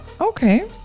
Okay